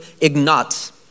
Ignatz